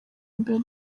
mbere